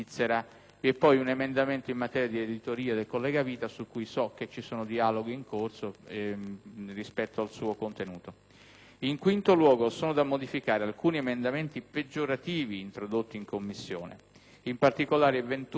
In quinto luogo, sono da modificare alcuni emendamenti peggiorativi introdotti in Commissione. In particolare, si tratta degli emendamenti: 21.0.17, che rischia di peggiorare la qualità del servizio elettrico per i clienti delle imprese con meno di 5.000 utenti;